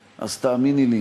אני יודע שהוא מאוד מעיק עלייך.